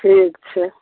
ठीक छै